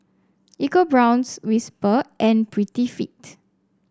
EcoBrown's Whisper and Prettyfit